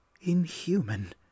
inhuman